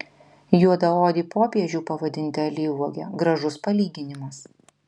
juodaodį popiežių pavadinti alyvuoge gražus palyginimas